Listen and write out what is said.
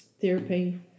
therapy